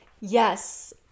Yes